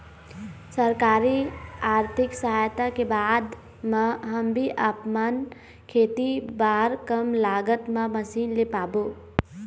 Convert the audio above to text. सरकारी आरथिक सहायता के बाद मा हम भी आपमन खेती बार कम लागत मा मशीन ले पाबो?